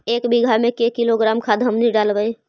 एक बीघा मे के किलोग्राम खाद हमनि डालबाय?